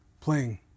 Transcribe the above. playing